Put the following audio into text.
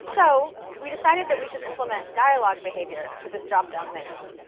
so we decided that we should implement dialog behavior for this drop-down menu.